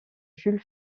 jules